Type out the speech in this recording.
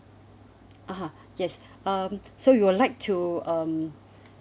(uh huh) yes um so you would like to um